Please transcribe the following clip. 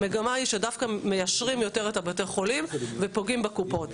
המגמה היא שדווקא מיישרים יותר את בתי החולים ופוגעים בקופות.